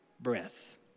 breath